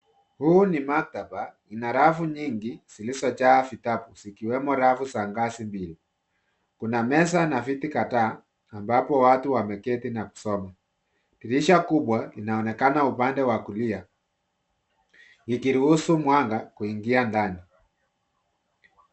Huu ni maktaba. Ina rafu nyingi zilizojaa vitabu zikiwemo rafu za ngazi mbili. Kuna meza na viti kadhaa ambapo watu wameketi na kusoma. Dirisha kubwa linaonekana upande wa kulia, likiruhusu mwanga kuingia ndani.